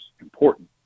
important